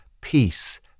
peace